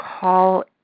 call